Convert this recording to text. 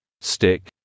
stick